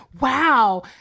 wow